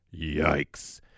yikes